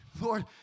Lord